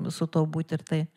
su tuo būti ir tai